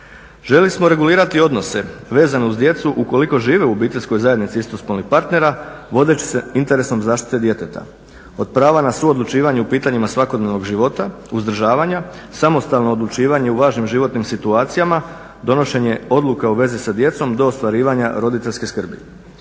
Željeli smo regulirati odnose vezano uz djecu ukoliko žive u obiteljskoj zajednici istospolnih partera vodeći se interesom zaštite djeteta, od prava na suodlučivanje u pitanjima svakodnevnog života, uzdržavanja, samostalnom odlučivanju u važnim životnim situacijama, donošenje odluke u vezi sa djecom do ostvarivanja roditeljske skrbi.